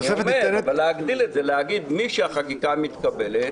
אבל להגדיל את זה, להגיד: משהחקיקה מתקבלת,